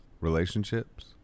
relationships